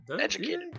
Educated